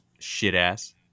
Shitass